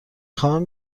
خواهم